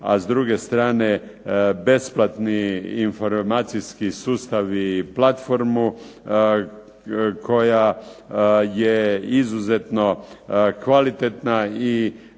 a s druge strane besplatni informacijski sustav i platformu koja je izuzetno kvalitetna i